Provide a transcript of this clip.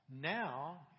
now